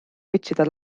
otsida